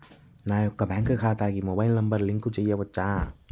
నా యొక్క బ్యాంక్ ఖాతాకి మొబైల్ నంబర్ లింక్ చేయవచ్చా?